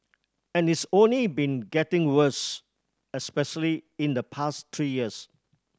and it's only been getting worse especially in the past three years